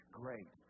great